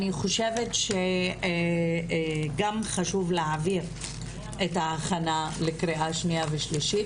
אני חושבת שגם חשוב להעביר את ההכנה לקריאה שנייה ושלישית,